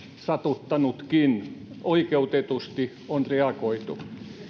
satuttanutkin oikeutetusti on reagoitu